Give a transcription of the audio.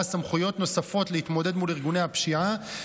סמכויות נוספות להתמודד מול ארגוני הפשיעה,